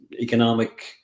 economic